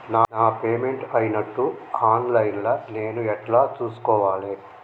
నా పేమెంట్ అయినట్టు online లా నేను ఎట్ల చూస్కోవాలే?